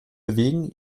bewegen